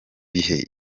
bihe